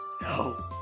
no